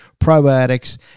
probiotics